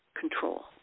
control